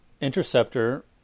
Interceptor